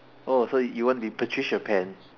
oh so you want to be patricia pan